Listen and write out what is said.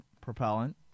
propellant